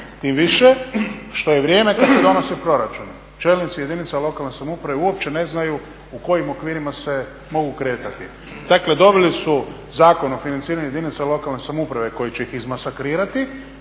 tim više što je vrijeme kada se donosi proračun. Čelnici jedinice lokalne samouprave uopće ne znaju u kojim okvirima se mogu kretati. Dakle dobili su Zakon o financiranju jedinice lokalne samouprave koji će ih izmasakrirati,